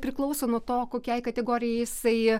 priklauso nuo to kokiai kategorijai jisai